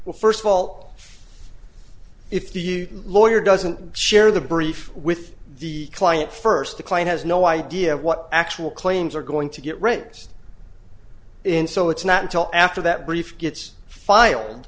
well first of all if the lawyer doesn't share the brief with the client first the client has no idea what actual claims are going to get raped and so it's not until after that brief gets file